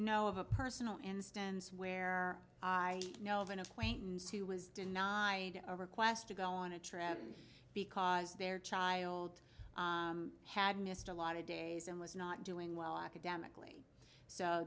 know of a personal instance where i know of an acquaintance who was denied a request to go on a trip because their child had missed a lot of days and was not doing well academically so